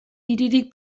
hiririk